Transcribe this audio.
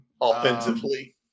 offensively